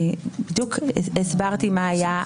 אני בדיוק הסברתי מה היה.